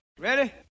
Ready